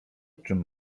czym